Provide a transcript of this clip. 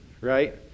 Right